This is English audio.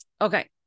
Okay